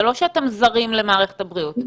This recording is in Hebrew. זה לא שאתם זרים למערכת הבריאות.